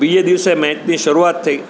બીજે દિવસે મેચની શરૂઆત થઈ